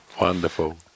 wonderful